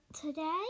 today